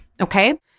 Okay